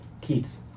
kids